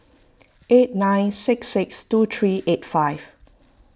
eight nine six six two three eight five